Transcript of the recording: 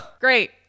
Great